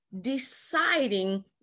deciding